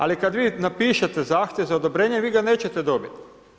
Ali kad vi napišete zahtjev za odobrenje vi ga nećete dobiti.